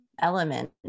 element